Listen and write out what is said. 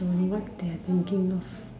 don't know what they are thinking of